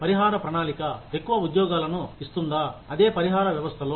పరిహార ప్రణాళిక ఎక్కువ ఉద్యోగాలను ఇస్తుందా అదే పరిహార వ్యవస్థలో